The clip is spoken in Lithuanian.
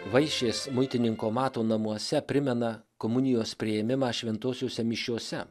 vaišės muitininko mato namuose primena komunijos priėmimą šventosiose mišiose